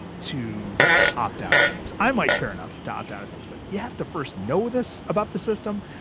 to opt out of things, i might care enough to opt out of things, but you have to first know this about the system,